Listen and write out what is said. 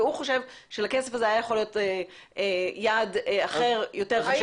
והוא חושב שלכסף הזה היה יכול להיות יעד אחר יותר חשוב אולי.